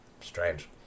strange